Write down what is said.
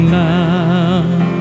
love